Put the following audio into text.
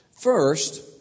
First